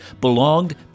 belonged